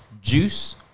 juice